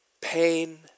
pain